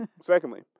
secondly